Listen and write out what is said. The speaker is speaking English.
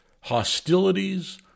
hostilities